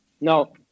No